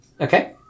Okay